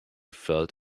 felt